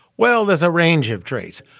well, there's a range of traits.